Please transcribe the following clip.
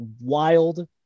wild